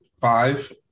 five